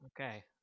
Okay